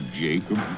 Jacob